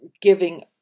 giving